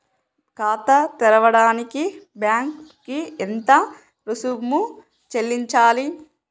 ఖాతా తెరవడానికి బ్యాంక్ కి ఎంత రుసుము చెల్లించాలి?